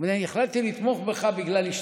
החלטתי לתמוך בך בגלל אשתך.